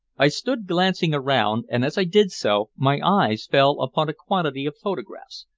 i stood glancing around, and as i did so my eyes fell upon a quantity of photographs,